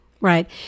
Right